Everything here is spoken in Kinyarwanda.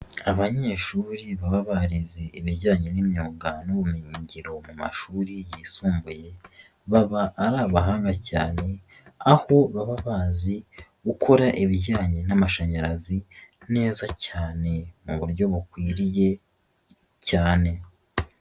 Abanyeshuri baba barize ibijyanye n'imyuga n'ubumenyingiro mu mashuri yisumbuye baba ari abahanga cyane aho baba bazi gukora ibijyanye n'amashanyarazi neza cyane mu buryo bukwiriye cyane.